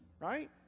right